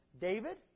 David